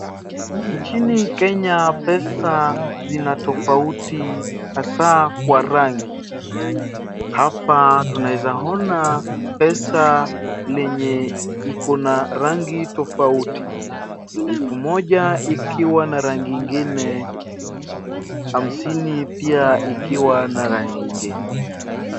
Nchini Kenya pesa zina tofauti hasa kwa rangi. Hapa tunaeza ona pesa lenye ikona rangi tofauti, elfu moja ikiwa na rangi ingine, hamsini pia ikiwa na rangi ingine.